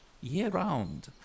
year-round